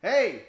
Hey